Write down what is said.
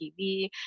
TV